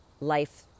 life